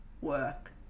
work